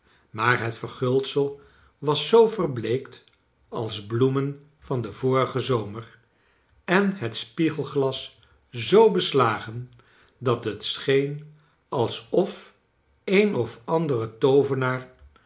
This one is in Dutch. maai het verguldsel was zoo verbleekt als bloemen van den vorigen zomer en het spiegelglas zoo beslagen dat het scheen alsof een of andere toovenaar